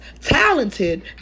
talented